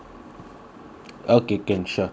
okay can sure thank you so much